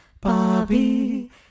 Bobby